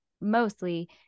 mostly